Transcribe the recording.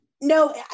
No